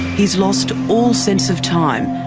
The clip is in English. he's lost all sense of time.